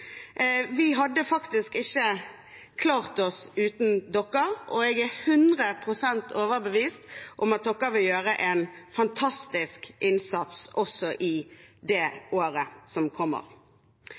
Vi hadde faktisk ikke klart oss uten dere, og jeg er 100 pst. overbevist om at dere vil gjøre en fantastisk innsats også i det